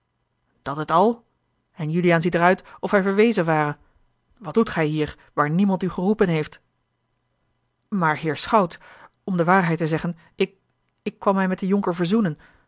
dat het al en juliaan ziet er uit of hij verwezen ware wat doet gij hier waar niemand u geroepen heeft maar heer schout om de waarheid te zeggen ik ik kwam mij met den jonker verzoenen